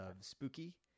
spooky